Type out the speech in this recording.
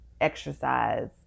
exercise